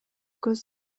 көз